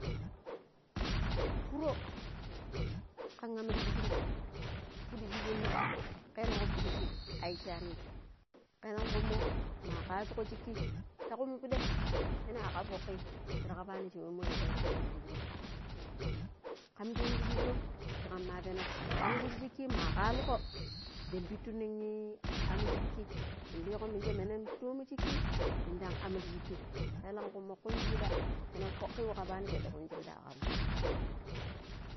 ﻿Furo kan am ti shikro. Fuddu shi sunna kelan kui gboɗushi a issanim. Kelan ku ummo ma kashiko shikki ta kum piɗai pennam akam fokkim shir kabba nim sha momo yikkero pida ti shikrom, kam toom ti shikro shi kamma penom am shir shikki ma kaliko nda pittu nin am ri shikki liko minje menom toom shikki nindam am ra shikki kelenku mo kunji piɗa penen fok wa kaɓanim shanda kumji piɗa akamum